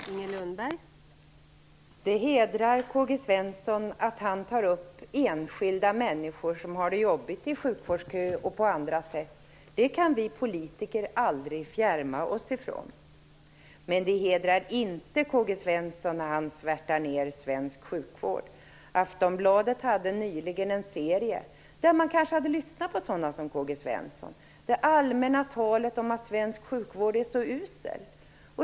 Fru talman! Det hedrar K-G Svenson att han tar upp enskilda människor som har det jobbigt i sjukvårdsköer och på andra sätt. Det kan vi politiker aldrig fjärma oss ifrån. Men det hedrar inte K-G Svenson att han svärtar ned svensk sjukvård. Aftonbladet hade nyligen en serie där man kanske hade lyssnat på sådana som K-G Svenson och det allmänna talet om att svensk sjukvård är så usel.